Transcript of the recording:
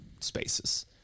spaces